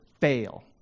fail